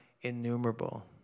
innumerable